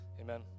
Amen